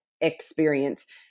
experience